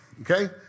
okay